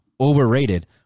overrated